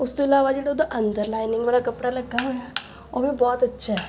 ਉਸ ਤੋਂ ਇਲਾਵਾ ਜਿਹੜਾ ਉਹਦਾ ਅੰਦਰ ਲਾਈਨਿੰਗ ਵਾਲਾ ਕੱਪੜਾ ਲੱਗਾ ਹੋਇਆ ਉਹ ਵੀ ਬਹੁਤ ਅੱਛਾ